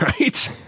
Right